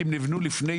כי הם נבנו לפני